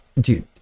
dude